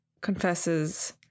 confesses